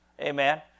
Amen